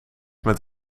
met